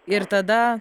ir tada